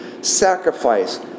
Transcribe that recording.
sacrifice